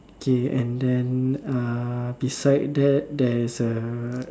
okay and then uh beside that there is a